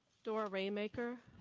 dora raymaker.